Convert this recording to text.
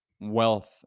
wealth